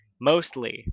Mostly